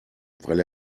weil